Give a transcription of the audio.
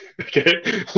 Okay